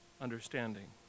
understanding